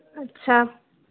اچھا